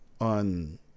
on